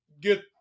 get